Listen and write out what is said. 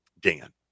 Dan